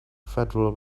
federal